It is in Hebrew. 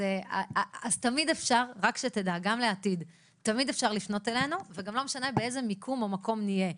אז תמיד אפשר לפנות אלינו וגם לא משנה באיזה מיקום או מקום נהיה.